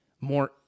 more